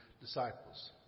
disciples